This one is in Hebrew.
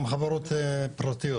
גם חברות פרטיות,